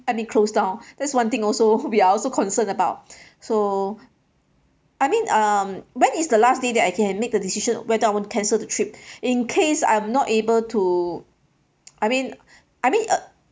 I mean closed down that's one thing also we are also concerned about so I mean um when is the last day that I can make the decision whether I want to cancel the trip in case I'm not able to I mean I mean uh